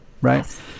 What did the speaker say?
right